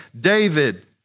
David